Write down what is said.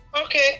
Okay